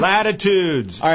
Latitudes